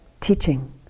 teaching